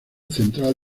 central